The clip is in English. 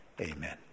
Amen